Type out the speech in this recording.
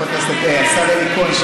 חבר הכנסת השר אלי כהן,